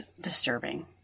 disturbing